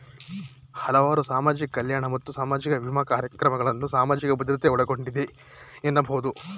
ಹಲವಾರು ಸಾಮಾಜಿಕ ಕಲ್ಯಾಣ ಮತ್ತು ಸಾಮಾಜಿಕ ವಿಮಾ ಕಾರ್ಯಕ್ರಮಗಳನ್ನ ಸಾಮಾಜಿಕ ಭದ್ರತೆ ಒಳಗೊಂಡಿದೆ ಎನ್ನಬಹುದು